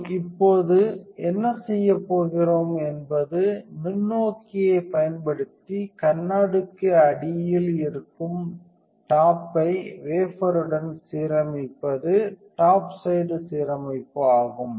நாம் இப்போது என்ன செய்யப் போகிறோம் என்பது நுண்ணோக்கியைப் பயன்படுத்தி கண்ணாடிக்கு அடியில் இருக்கும் டாப்பை வேபருடன் சீரமைப்பது டாப் சைடு சீரமைப்பு ஆகும்